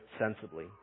sensibly